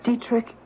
Dietrich